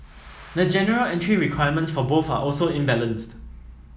the general entry requirements for both are also imbalanced